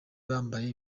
bambaye